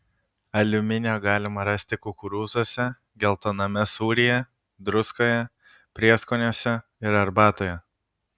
aliuminio galima rasti kukurūzuose geltoname sūryje druskoje prieskoniuose ir arbatoje